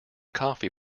coffee